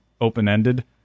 open-ended